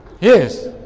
Yes